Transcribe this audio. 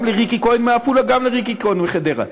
גם לריקי כהן מעפולה וגם לריקי כהן מחדרה.